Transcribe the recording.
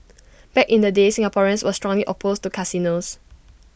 back in the day Singaporeans were strongly opposed to casinos